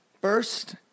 First